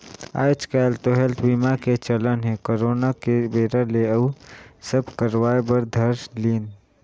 आएज काएल तो हेल्थ बीमा के चलन हे करोना के बेरा ले अउ सब करवाय बर धर लिन